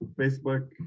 Facebook